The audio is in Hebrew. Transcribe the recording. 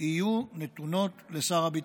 יהיו נתונות לשר הביטחון.